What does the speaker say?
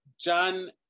John